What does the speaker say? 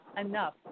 Enough